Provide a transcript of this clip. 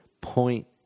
point